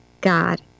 God